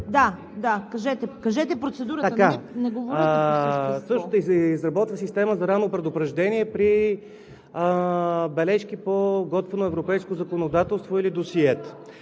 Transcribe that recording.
Да, да. Кажете процедурата! ХРИСТО ГАДЖЕВ: Също се изработва система за ранно предупреждение при бележки по готвено европейско законодателство или досиета.